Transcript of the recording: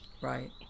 Right